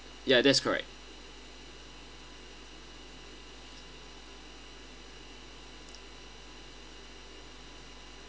ya that's correct